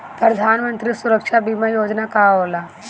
प्रधानमंत्री सुरक्षा बीमा योजना का होला?